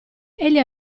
egli